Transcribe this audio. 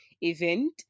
event